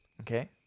Okay